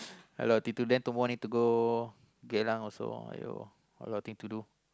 a lot thing to then tomorrow need to go Geylang also !aiyo! a lot thing to do